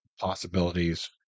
possibilities